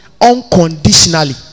unconditionally